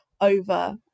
over